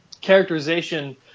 characterization